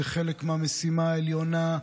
זה חלק מהמשימה העליונה,